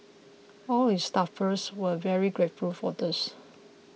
all his staffers were very grateful for this